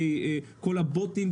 בכל מה שקשור לבוטים,